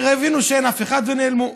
הבינו שאין אף אחד ונעלמו.